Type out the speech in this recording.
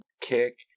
kick